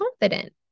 confident